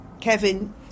Kevin